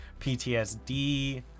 ptsd